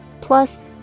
Plus